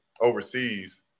overseas